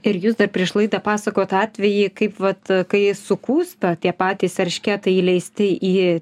ir jūs dar prieš laidą pasakojot tą atvejį kaip vat kai sukūsta tie patys eršketai įleisti į